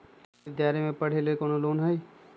विद्यालय में पढ़े लेल कौनो लोन हई?